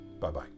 Bye-bye